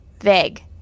vague